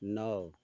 नौ